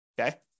Okay